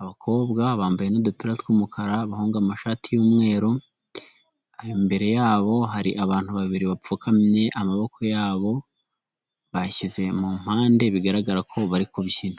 abakobwa bambaye n'udupira tw'umukara, abahungu bambaye amashati y'umweru; imbere yabo hari abantu babiri bapfukamye; amaboko yabo bashyize mu mpande bigaragara ko bari kubyina.